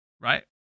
right